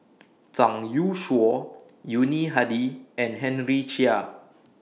Zhang Youshuo Yuni Hadi and Henry Chia